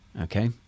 okay